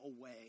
away